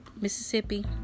Mississippi